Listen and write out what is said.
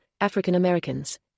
African-Americans